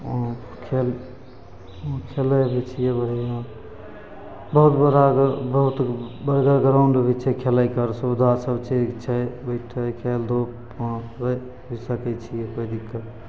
खेल खेलै भी छिए बढ़िआँ बहुत बड़ा बहुत बड़का ग्राउण्ड भी छै खेलैके सुविधा सबचीजके छै ई छै बैठै खेल धूप वहाँपर रहि सकै छिए कोइ दिक्कत